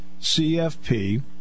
CFP